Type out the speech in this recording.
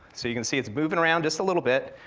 so you can see it's moving around just a little bit,